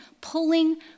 pulling